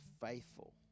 faithful